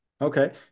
Okay